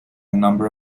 number